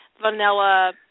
Vanilla